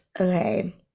okay